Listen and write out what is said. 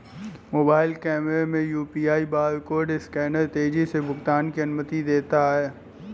mobile कैमरे में UPI barcode scanner तेजी से भुगतान की अनुमति देता है